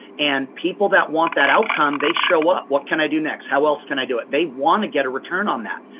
and people that want that outcome they show up. what can i do next? how else can i do it? they want to get a return on that.